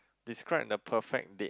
describe the perfect date